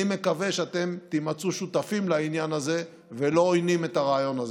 אני מקווה שאתם תימצאו שותפים לעניין הזה ולא עוינים את הרעיון הזה.